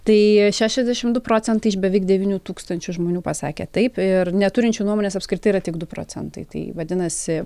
tai šešiasdešimt du procentai iš beveik devynių tūkstančių žmonių pasakė taip ir neturinčių nuomonės apskritai yra tik du procentai tai vadinasi